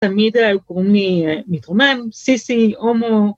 התלמיד הוא כמו מתרומם , סיסי, הומו.